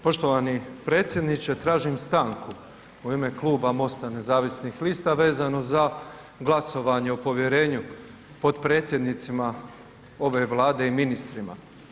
Poštovani predsjedniče, tražim stanku u ime Kluba MOST-a nezavisnih lista vezano za glasovanje o povjerenju potpredsjednicima ove Vlade i ministrima.